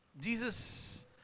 Jesus